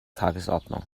tagesordnung